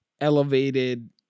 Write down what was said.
elevated